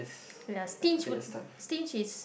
ya stinge would stinge is